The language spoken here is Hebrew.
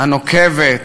הנוקבת,